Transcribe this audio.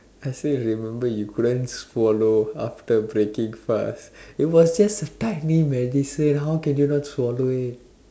I still remember you couldn't swallow after breaking fast it was just a tiny medicine how can you not swallow it